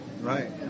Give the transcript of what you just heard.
Right